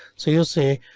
so you say.